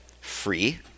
free